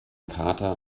kater